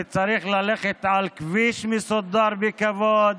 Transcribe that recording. וצריך ללכת על כביש מסודר בכבוד,